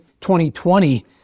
2020